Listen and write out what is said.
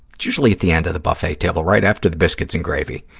it's usually at the end of the buffet table, right after the biscuits and gravy,